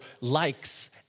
likes